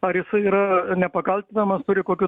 ar jisai yra nepakaltinamas turi kokių